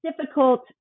difficult